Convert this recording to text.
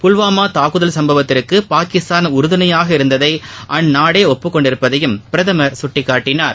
புல்வாமா தாக்குதல் சம்பவத்துக்கு பாகிஸ்தான் உறுதுணையாக இருந்ததை அந்நாடே ஒப்புக்கொண்டிருப்பதையும் பிரதமர் சுட்டிக்காட்டனார்